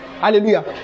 Hallelujah